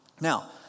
Now